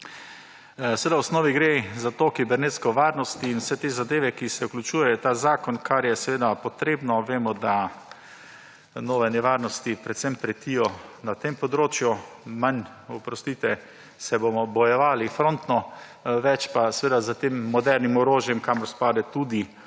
Seveda v osnovi gre za to kibernetsko varnost in vse te zadeve, ki se vključujejo v ta zakon, kar je seveda potrebno. Vemo, da nove nevarnosti predvsem pretijo na tem področju. Manj, oprostite, se bomo bojevali frontno, več pa seveda s tem modernim orožjem, kamor spada tudi